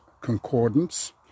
Concordance